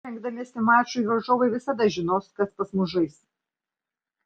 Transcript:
rengdamiesi mačui varžovai visada žinos kas pas mus žais